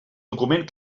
document